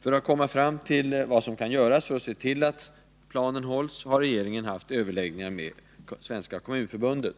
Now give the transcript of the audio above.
För att komma fram till vad som kan göras för att se till att planen hålles, har regeringen haft överläggningar med Svenska kommunförbundet.